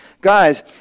guys